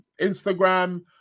Instagram